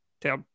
tell